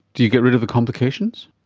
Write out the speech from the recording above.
do you get rid of the complications?